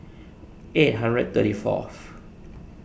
eight hundred thirty fourth